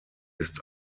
ist